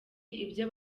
ibyo